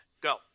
Go